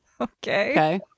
Okay